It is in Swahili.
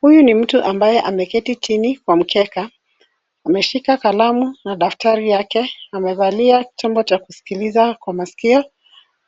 Huyu ni mtu ambaye ameketi chini kwa mkeka. Ameshika kalamu na datfari yake. Amevalia chombo cha kusikiliza kwa masikio.